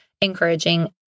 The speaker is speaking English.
encouraging